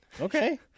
Okay